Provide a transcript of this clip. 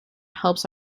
helps